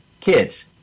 kids